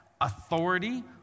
authority